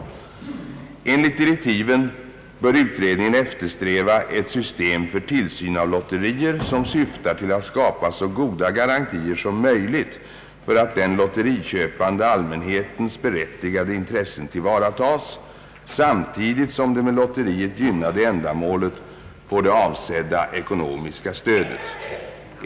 Enligt direktiven bör utredningen eftersträva ett system för tillsyn av lotterier, som syftar till att skapa så goda garantier som möjligt för att den lottköpande allmänhetens berättigade in. tressen tillvaratas samtidigt som det med lotteriet gynnade ändamålet får det avsedda ekonomiska stödet.